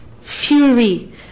Fury